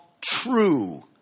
true